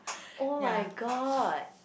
[oh]-my-god